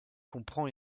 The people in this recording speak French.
comprend